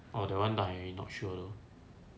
oh that one I not sure